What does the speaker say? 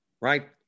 right